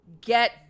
Get